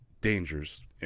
dangers